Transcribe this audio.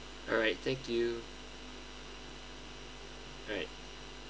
alright thank you alright